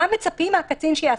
מה מצפים מן הקצין שיעשה?